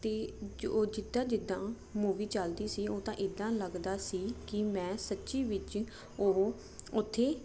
ਤੇ ਜਿੱਦਾ ਜਿੱਦਾ ਮੂਵੀ ਚਲਦੀ ਸੀ ਉਹ ਤਾਂ ਇਦਾਂ ਲੱਗਦਾ ਸੀ ਕਿ ਮੈਂ ਸੱਚੀ ਵਿੱਚ ਉਹ ਉੱਥੇ ਹਾਂ ਮਤਲਬ